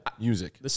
music